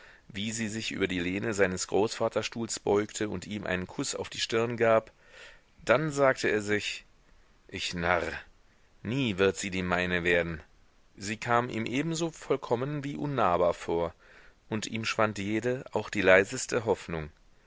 wie sie sich über die lehne seines großvaterstuhls beugte und ihm einen kuß auf die stirn gab dann sagte er sich ich narr nie wird sie die meine werden sie kam ihm ebenso vollkommen wie unnahbar vor und ihm schwand jede auch die leiseste hoffnung